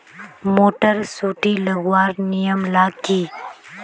Motor सुटी लगवार नियम ला की?